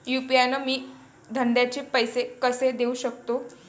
UPI न मी धंद्याचे पैसे कसे देऊ सकतो?